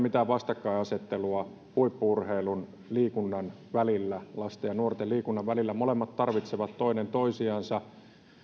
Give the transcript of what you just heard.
mitään vastakkainasettelua huippu urheilun ja liikunnan välillä lasten ja nuorten liikunnan välillä molemmat tarvitsevat toinen toisiansa